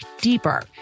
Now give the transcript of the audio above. deeper